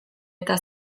eta